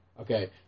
Okay